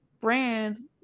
brands